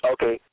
Okay